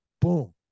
boom